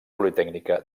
politècnica